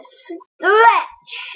stretch